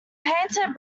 painted